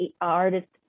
artists